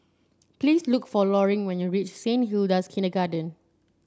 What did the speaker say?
please look for Loring when you reach Saint Hilda's Kindergarten